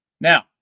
Now